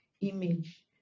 image